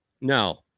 No